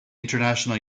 international